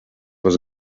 was